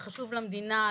זה חשוב למדינה,